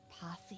posse